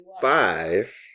five